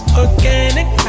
organic